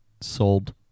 Sold